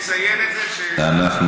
לציין את זה שנגעתי במחשב,